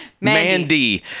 Mandy